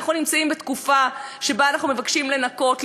אנחנו נמצאים בתקופה שבה אנחנו מבקשים לנקות,